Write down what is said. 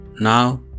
Now